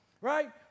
Right